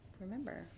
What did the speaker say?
Remember